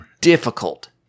difficult